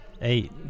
Eight